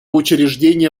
учреждение